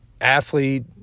athlete